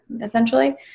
essentially